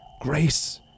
Grace